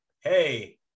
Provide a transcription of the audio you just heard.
hey